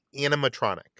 animatronic